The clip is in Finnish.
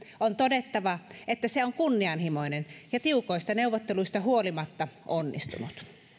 on todettava että se on kunnianhimoinen ja tiukoista neuvotteluista huolimatta onnistunut